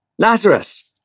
Lazarus